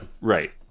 Right